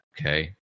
okay